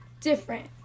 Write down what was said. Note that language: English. different